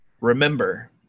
Remember